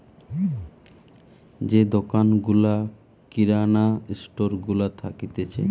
যে দোকান গুলা কিরানা স্টোর গুলা থাকতিছে